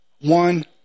One